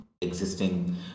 existing